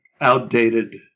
outdated